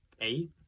eight